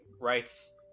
rights